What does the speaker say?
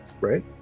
Right